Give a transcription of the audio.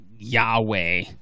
Yahweh